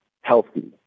healthy